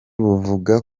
buvuga